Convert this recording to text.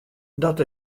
dat